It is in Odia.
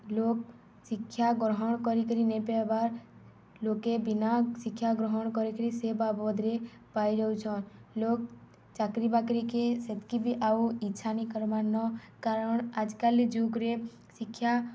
ଲୋକ ଶିକ୍ଷା ଗ୍ରହଣ କରିକିରି ନେବାର୍ ଲୋକେ ବିନା ଶିକ୍ଷା ଗ୍ରହଣ କରିକିରି ସେ ବାବଦରେ ପାଇଯାଉଛନ୍ ଲୋକ ଚାକିରି ବାକିରକେ ସେତିକି ବି ଆଉ ଇଚ୍ଛା ନ କରବାର୍ ନ କାରଣ ଆଜ କାଲି ଯୁଗରେ ଶିକ୍ଷା